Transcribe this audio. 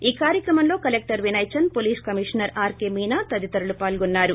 ఈ కార్యక్రమంలో collector Vinay Chand police commissioner R K Meena తదితరులు పాల్గొన్నారు